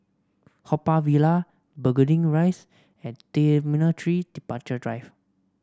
Haw Par Villa Burgundy Rise and T Three Departure Drive